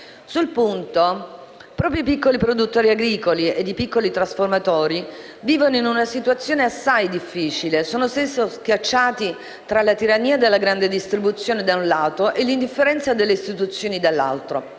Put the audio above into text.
Sul punto proprio i piccoli produttori agricoli e i piccoli trasformatori vivono una situazione assai difficile, spesso schiacciati tra la tirannia della grande distribuzione - da un lato - e l'indifferenza delle istituzioni - dall'altro